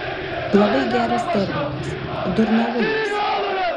labai geras terminas durnalumas